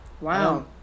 wow